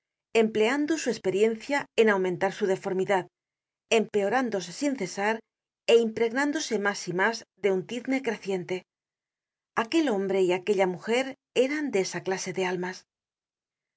empleando su esperiencia en aumentar su deformidad empeorándose sin cesar é impregnándose mas y mas de un tizne creciente aquel hombre y aquella mujer eran de esa clase de almas